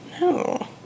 No